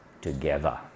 together